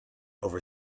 over